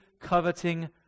coveting